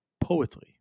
poetry